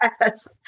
Yes